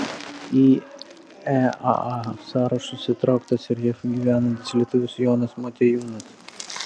į eaa sąrašus įtrauktas ir jav gyvenantis lietuvis jonas motiejūnas